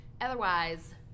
Otherwise